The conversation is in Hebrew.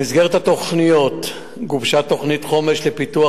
במסגרת התוכניות גובשה תוכנית חומש לפיתוח